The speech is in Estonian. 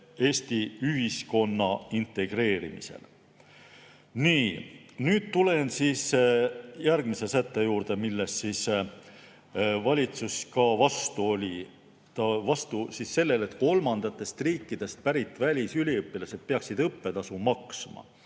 Eesti ühiskonna integreerimisel. Nii, nüüd tulen järgmise sätte juurde, millele valitsus ka vastu oli. Ta oli vastu sellele, et kolmandatest riikidest pärit välisüliõpilased peaksid õppetasu maksma.